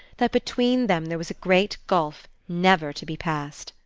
that between them there was a great gulf never to be passed.